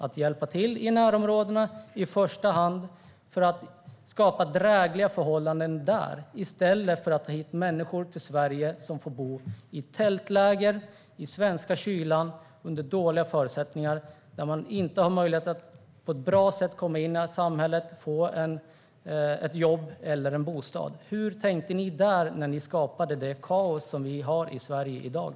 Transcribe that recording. Det handlar om att i första hand hjälpa till i närområdena för att skapa drägliga förhållanden där, i stället för att ta människor till Sverige som får bo i tältläger i den svenska kylan med dåliga förutsättningar där man inte har möjlighet att på ett bra sätt komma in samhället och få ett jobb eller en bostad. Hur tänkte ni där när ni skapade det kaos som vi har i Sverige i dag?